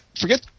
forget